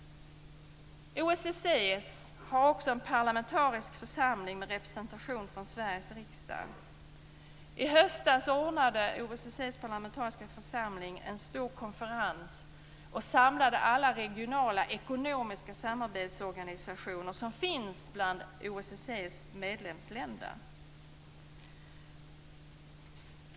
OSSE har också en parlamentarisk församling med representation från Sveriges riksdag. I höstas ordnade OSSE:s parlamentariska församling en stor konferens där man samlade alla regionala ekonomiska samarbetsorganisationer som finns bland OSSE:s medlemsländer.